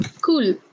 Cool